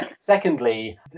secondly